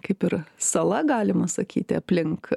kaip ir sala galima sakyti aplink